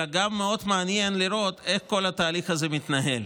אלא גם מאוד מעניין לראות איך כל התהליך הזה מתנהל.